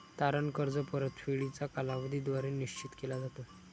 तारण कर्ज परतफेडीचा कालावधी द्वारे निश्चित केला जातो